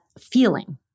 feeling